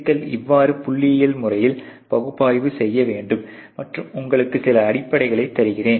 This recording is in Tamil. சிக்கல்கள் இவ்வாறு புள்ளியியல் முறையில் பகுப்பாய்வு செய்ய வேண்டும் மற்றும் உங்களுக்கு சில அடிப்படைகளை தருகிறேன்